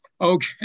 okay